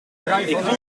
had